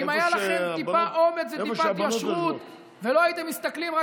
ואם היו לכם טיפה אומץ וטיפת ישרות ולא הייתם מסתכלים רק